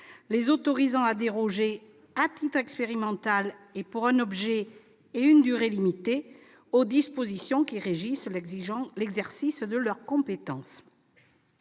les autorisant à déroger à titre expérimental et pour un objet et une durée limitée aux dispositions qui régissent l'exercice de leurs compétences.